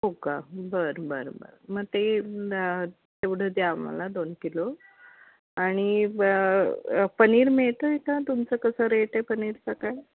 हो का बरं बरं बरं मग ते तेवढं द्या मला दोन किलो आणि ब पनीर मिळत आहे का तुमचं कसं रेट आहे पनीरचा काय